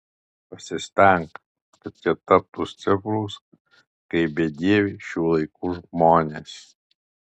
pasistenk kad jie taptų stiprūs kaip bedieviai šių laikų žmonės